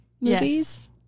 movies